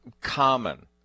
common